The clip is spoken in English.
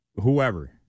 whoever